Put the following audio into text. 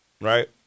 right